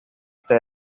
este